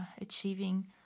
achieving